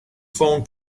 phone